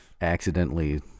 accidentally